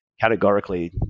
categorically